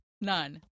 none